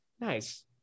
nice